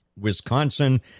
Wisconsin